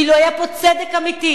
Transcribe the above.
שאילו היה פה צדק אמיתי,